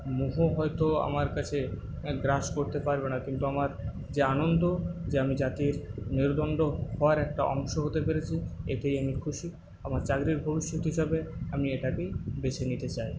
মোহ হয়তো আমার কাছে গ্রাস করতে পারবে না কিন্তু আমার যে আনন্দ যে আমি জাতির মেরুদণ্ড হওয়ার একটা অংশ হতে পেরেছি এতেই আমি খুশি আমার চাকরির ভবিষ্যৎ হিসাবে আমি এটাকেই বেছে নিতে চাই